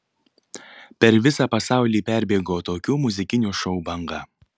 per visą pasaulį perbėgo tokių muzikinių šou banga